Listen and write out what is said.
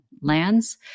Lands